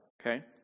okay